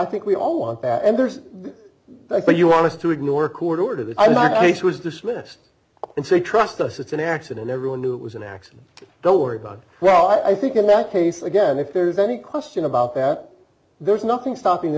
think we all want that and there's that but you want to ignore court order the ice was dismissed and say trust us it's an accident everyone knew it was an accident don't worry about well i think in that case again if there's any question about that there's nothing stopping th